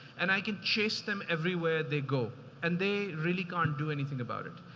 and i could chase them everywhere they go and they really can't do anything about it.